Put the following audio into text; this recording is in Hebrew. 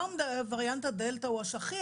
היום וריאנט הדלתא הוא השכיח.